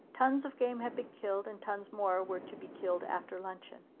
tons of game had been killed and tons more were to be killed after luncheon.